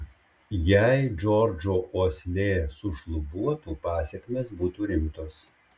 jei džordžo uoslė sušlubuotų pasekmės būtų rimtos